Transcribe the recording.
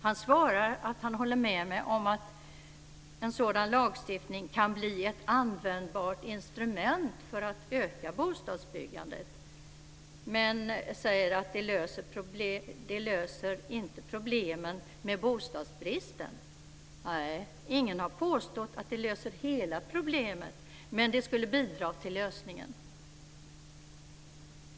Han svarar att han håller med mig om att en sådan lagstiftning kan bli ett användbart instrument för att öka bostadsbyggandet. Men han säger också att det inte löser problemen med bostadsbristen. Nej, ingen har påstått att det löser hela problemet, men det skulle bidra till lösningen.